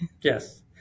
Yes